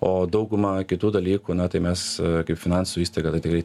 o daugumą kitų dalykų na tai mes kaip finansų įstaiga tai tikrai